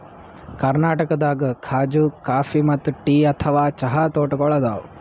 ಕರ್ನಾಟಕದಾಗ್ ಖಾಜೂ ಕಾಫಿ ಮತ್ತ್ ಟೀ ಅಥವಾ ಚಹಾ ತೋಟಗೋಳ್ ಅದಾವ